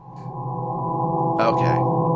okay